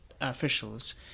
Officials